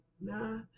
nah